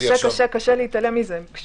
קשה להתעלם מזה.